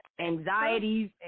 anxieties